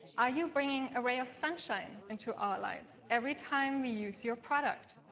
are you bringing a ray of sunshine into our lives every time we use your product?